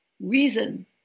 reason